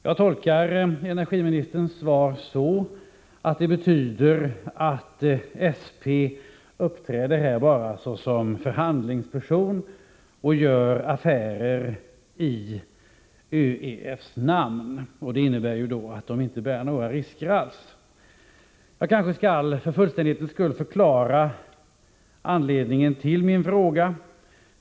Jag tolkar energiministerns svar så att det betyder att SP här uppträder bara som förhandlingsperson och gör affärer i ÖEF:s namn. Det innebär då att SP inte bär några risker alls. För fullständighetens skull kanske jag skall förklara anledningen till min fråga.